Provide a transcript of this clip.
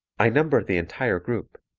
i number the entire group,